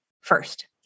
first